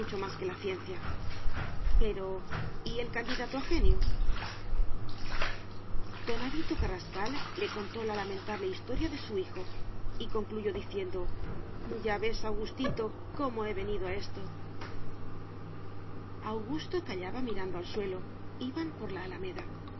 más que la ciencia pero y el candidato a genio don avito carrascal le contó la lamentable historia de su hijo y concluyó diciendo ya ves augustito cómo he venido a esto historia que he contado en mi novela amor y pedagogía augusto callaba mirando al suelo iban por la alameda